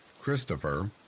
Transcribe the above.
Christopher